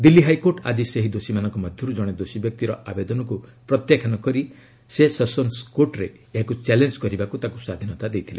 Delhi high court ଆଜି ସେହି ଦୋଷୀମାନଙ୍କ ମଧ୍ୟରୁ ଜଣେ ଦୋଷୀ ବ୍ୟକ୍ତିର ଆବେଦନକୁ ପ୍ରତ୍ୟାଖ୍ୟାନ କରି ସେ ସେସନ୍ସ କୋର୍ଟରେ ଏହାକୁ ଚ୍ୟାଲେଞ୍ଜ କରିବାକୁ ତାକୁ ସ୍ୱାଧୀନତା ଦେଇଥିଲେ